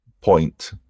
point